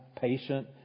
patient